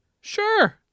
Sure